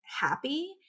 happy